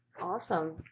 awesome